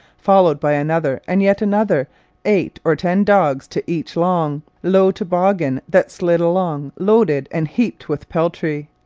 followed by another and yet another eight or ten dogs to each long, low toboggan that slid along loaded and heaped with peltry.